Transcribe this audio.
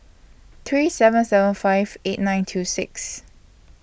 three seven seven five eight nine two six